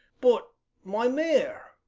but my mare,